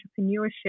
entrepreneurship